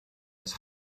his